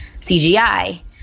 CGI